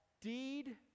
deed